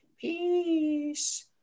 Peace